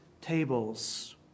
tables